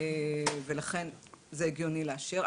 ולכן זה הגיוני להשאיר.